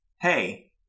hey